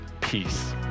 peace